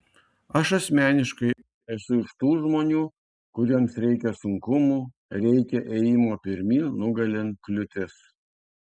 aš asmeniškai esu iš tų žmonių kuriems reikia sunkumų reikia ėjimo pirmyn nugalint kliūtis